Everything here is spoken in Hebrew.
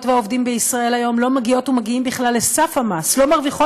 והעובדים בישראל היום לא מגיעות ומגיעים בכלל לסף המס,